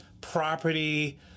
property